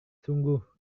sungguh